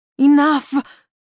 Enough